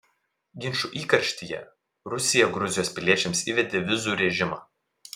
ginčų įkarštyje rusija gruzijos piliečiams įvedė vizų režimą